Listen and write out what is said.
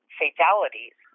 fatalities